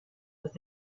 with